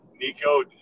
Nico